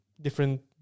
different